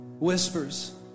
whispers